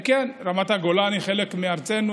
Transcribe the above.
כן, רמת הגולן היא חלק מארצנו.